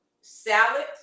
salad